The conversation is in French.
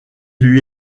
lui